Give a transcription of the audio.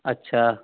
अछा